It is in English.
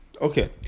okay